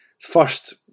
first